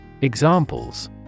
Examples